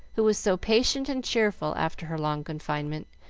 who was so patient and cheerful after her long confinement,